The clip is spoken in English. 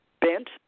Bent